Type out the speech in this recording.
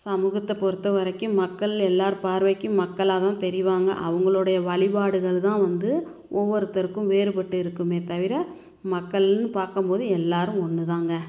சமூகத்தை பொறுத்த வரைக்கும் மக்கள் எல்லாேர் பார்வைக்கும் மக்களாக தான் தெரிவாங்க அவங்களுடைய வழிபாடுகள் தான் வந்து ஒவ்வொருத்தருக்கும் வேறுபட்டு இருக்குமே தவிர மக்கள்னு பார்க்கும்போது எல்லாேரும் ஒன்றுதாங்க